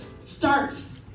starts